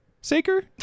Saker